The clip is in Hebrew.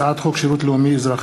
הצעת חוק שירות לאומי-אזרחי,